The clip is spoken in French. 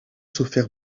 souffert